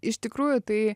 iš tikrųjų tai